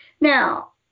Now